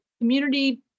community